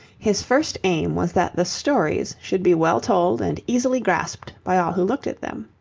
his first aim was that the stories should be well told and easily grasped by all who looked at them.